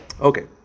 Okay